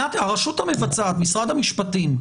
הרשות המבצעת, משרד המשפטים,